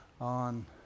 on